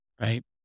Right